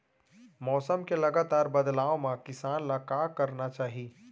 मौसम के लगातार बदलाव मा किसान ला का करना चाही?